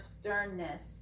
sternness